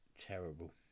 terrible